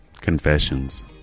confessions